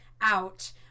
out